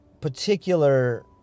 particular